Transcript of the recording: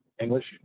English